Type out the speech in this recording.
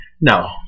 No